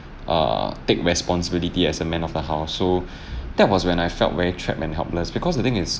err take responsibility as a man of the house so that was when I felt very trapped and helpless because the thing is